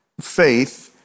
faith